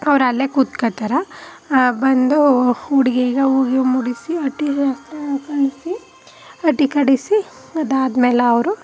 ಅವರಲ್ಲೇ ಕೂತ್ಕೊಳ್ತಾರೆ ಬಂದು ಹುಡುಗಿಗೆ ಹೂ ಗೀವು ಮುಡಿಸಿ ಹಟ್ಟಿ ಶಾಸ್ತ್ರನ ಕಳಿಸಿ ಹಟ್ಟಿ ಕಡಿಸಿ ಅದಾದ್ಮೇಲೆ ಅವರು